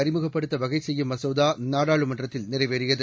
அறிமுகப்படுத்த வகை செய்யும் மசோதா நாடாளுமன்றத்தில் நிறைவேறியது